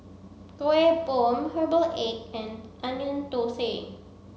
bom herbal egg and onion thosai